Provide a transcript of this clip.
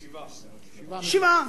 7. 7 מיליארד.